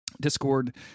discord